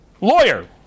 lawyer